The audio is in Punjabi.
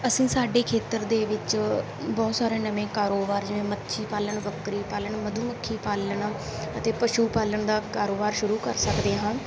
ਅਸੀਂ ਸਾਡੇ ਖੇਤਰ ਦੇ ਵਿੱਚ ਬਹੁਤ ਸਾਰੇ ਨਵੇਂ ਕਾਰੋਬਾਰ ਜਿਵੇਂ ਮੱਛੀ ਪਾਲਣ ਬੱਕਰੀ ਪਾਲਣ ਮਧੂਮੱਖੀ ਪਾਲਣ ਅਤੇ ਪਸ਼ੂ ਪਾਲਣ ਦਾ ਕਾਰੋਬਾਰ ਸ਼ੁਰੂ ਕਰ ਸਕਦੇ ਹਾਂ